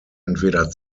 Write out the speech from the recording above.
entweder